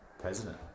president